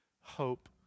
hope